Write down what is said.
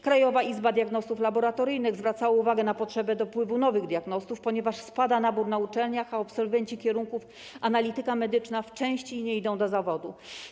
Krajowa Izba Diagnostów Laboratoryjnych zwracała uwagę na potrzebę dopływu nowych diagnostów, ponieważ spada nabór na uczelniach, a absolwenci kierunku analityka medyczna w części nie idą do zawodu.